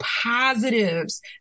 positives